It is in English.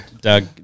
Doug